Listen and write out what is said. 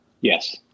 yes